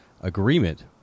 agreement